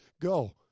Go